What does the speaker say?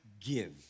give